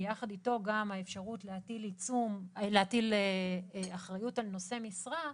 ויחד איתו גם האפשרות להטיל אחריות על נושא משרה,